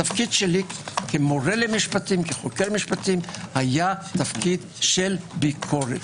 התפקיד שלי כמורה למשפטים היה תפקיד של ביקורת.